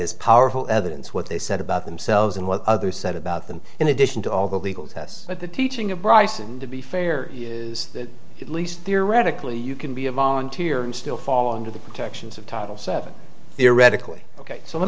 is powerful evidence what they said about themselves and what others said about them in addition to all the legal tests but the teaching of bryson to be fair is that at least theoretically you can be a volunteer and still fall into the protections of title seven theoretically ok so let